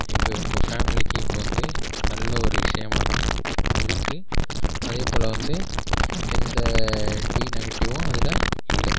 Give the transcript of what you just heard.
எங்கள் ஃபேமிலிக்கு இப்போ வந்து நல்ல ஒரு விஷயமாக தான் இருக்குது அதேப்போல் வந்து எந்த டிநெகட்டிவ்வும் அதில் இல்லை